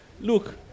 Look